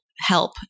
help